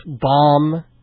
bomb